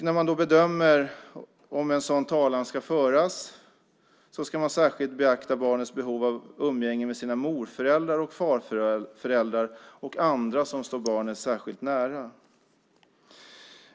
När man bedömer om en sådan tala ska föras ska man särskilt beakta barnets behov av umgänge med mor och farföräldrar och andra som står barnet särskilt nära.